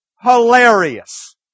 hilarious